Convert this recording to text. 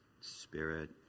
spirit